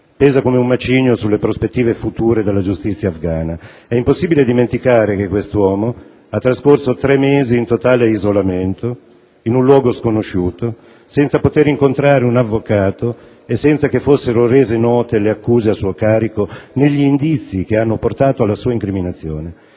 pesa come un macigno sulle prospettive future della giustizia afghana. È impossibile dimenticare che quest'uomo ha trascorso tre mesi in totale isolamento, in un luogo sconosciuto, senza poter incontrare un avvocato e senza che fossero rese note le accuse a suo carico né gli indizi che hanno portato alla sua incriminazione.